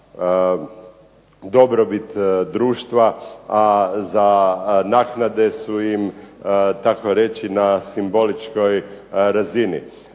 dobrobit društva, a naknade su im tako reći na simboličkoj razini.